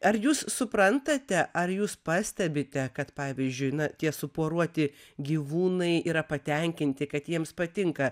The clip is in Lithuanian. ar jūs suprantate ar jūs pastebite kad pavyzdžiui na tie suporuoti gyvūnai yra patenkinti kad jiems patinka